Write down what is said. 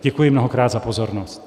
Děkuji mnohokrát za pozornost.